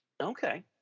Okay